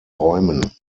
räumen